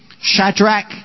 Shadrach